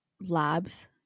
labs